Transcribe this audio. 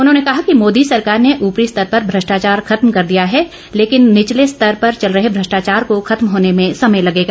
उन्होंने कहा कि मोदी सरकार ने उपरी स्तरे पर भ्रष्टाचार खत्म कर दिया है लेकिन निचले स्तर पर चल रहे भ्रष्टाचार को खत्म होने में समय लगेगा